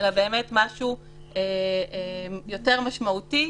אלא באמת משהו יותר משמעותי.